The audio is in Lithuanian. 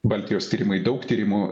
baltijos tyrimai daug tyrimų